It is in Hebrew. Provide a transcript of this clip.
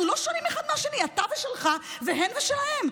אנחנו לא שונים אחד מהשני, אתה ושלך והן ושלהן.